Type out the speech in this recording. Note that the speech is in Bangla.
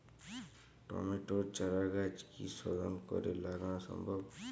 টমেটোর চারাগাছ কি শোধন করে লাগানো সম্ভব?